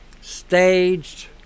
staged